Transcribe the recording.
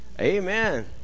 Amen